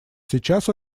сейчас